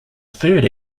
third